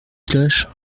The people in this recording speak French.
cloche